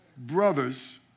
Brothers